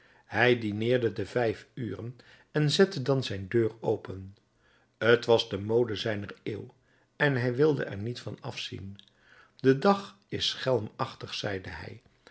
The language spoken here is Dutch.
hij dineerde te vijf uren en zette dan zijn deur open t was de mode zijner eeuw en hij wilde er niet van afzien de dag is schelmachtig zeide hij